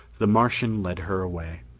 the martian led her away.